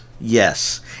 Yes